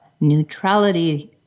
neutrality